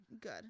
Good